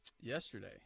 yesterday